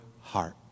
heart